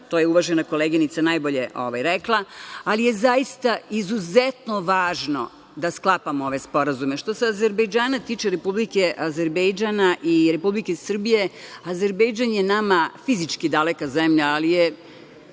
to je uvažena koleginica najbolje rekla, ali je zaista izuzetno važno da sklapamo ove sporazume. Što se tiče Republike Azerbejdžan i Republike Srbije, Azerbejdžan je nama fizički daleka zemlja, ali je